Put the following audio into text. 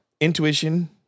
intuition